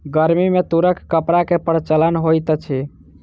गर्मी में तूरक कपड़ा के प्रचलन होइत अछि